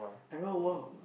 I don't want walk